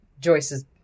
joyce's